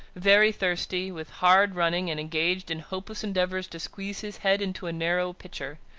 very thirsty with hard running, and engaged in hopeless endeavours to squeeze his head into a narrow pitcher.